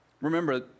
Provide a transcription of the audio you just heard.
Remember